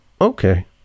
Okay